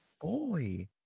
boy